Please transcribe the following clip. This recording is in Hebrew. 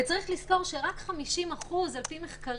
צריך לזכור שרק 50%, על פי מחקרים,